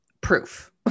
proof